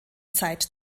zeit